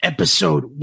Episode